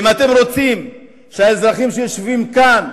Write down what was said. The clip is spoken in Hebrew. אם אתם רוצים שהאזרחים שיושבים כאן,